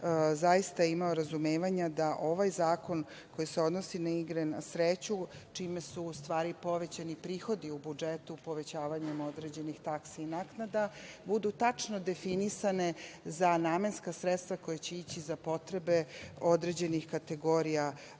zaista imao razumevanja da ovaj zakon koji se odnosi na igre na sreću, čime su u stvari povećani prihodi u budžetu, povećavanjem određenih taksi i naknada, budu tačno definisane za namenska sredstva koja će ići za potrebe određenih kategorija